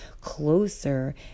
closer